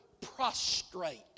prostrate